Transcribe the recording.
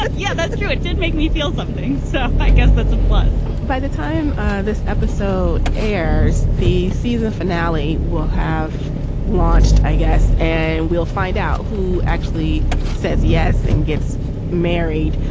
but yeah, that's true. it did make me feel something. so i guess that's a plus by the time ah this episode airs, the season finale will have launched, i guess, and we'll find out who actually says yes and gets married.